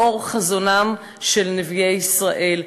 לאור חזונם של נביאי ישראל.